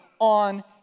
on